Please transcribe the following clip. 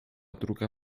druga